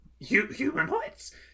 Humanoids